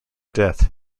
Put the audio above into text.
death